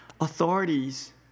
authorities